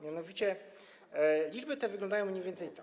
Mianowicie liczby te wyglądają mniej więcej tak.